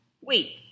Wait